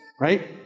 right